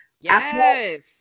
yes